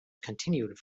continued